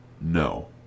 No